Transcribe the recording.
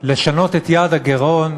לשנות את יעד הגירעון,